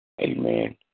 Amen